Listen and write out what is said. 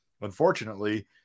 Unfortunately